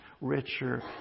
richer